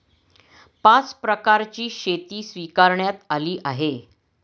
पाच प्रकारची शेती स्वीकारण्यात आली आहे